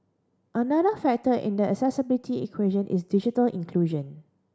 another factor in the accessibility equation is digital inclusion